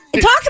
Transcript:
Talk